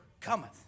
cometh